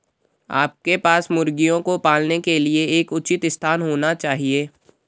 आपके पास मुर्गियों को पालने के लिए एक उचित स्थान होना चाहिए